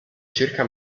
circa